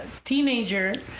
teenager